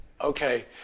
Okay